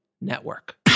Network